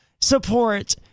support